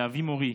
לאבי מורי,